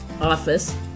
office